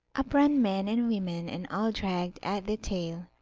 up ran men and women, and all dragged at the tail,